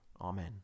Amen